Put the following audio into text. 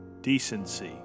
Decency